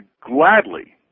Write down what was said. gladly